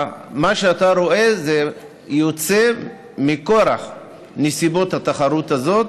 מה שאתה רואה יוצא מכורח נסיבות התחרות הזאת,